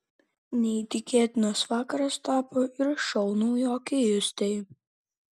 neįtikėtinas vakaras tapo ir šou naujokei justei